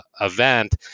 event